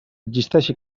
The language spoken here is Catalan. existeixi